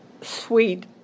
sweet